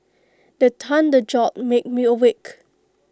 the thunder jolt me awake